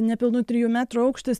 nepilnų trijų metrų aukštis